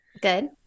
Good